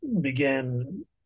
began